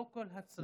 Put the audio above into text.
לא כל הצרכים.